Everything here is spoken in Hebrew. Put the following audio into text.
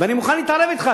אני מוכן להתערב אתך.